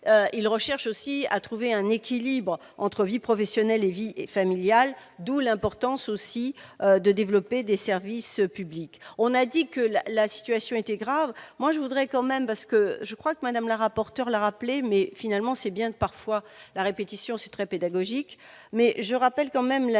il recherche aussi à trouver un équilibre entre vie professionnelle et vie familiale, d'où l'importance aussi de développer des services publics, on a dit que la la situation était grave, moi je voudrais quand même parce que je crois que Madame la rapporteur l'a rappelé, mais finalement c'est bien d'parfois la répétition, c'est très pédagogique,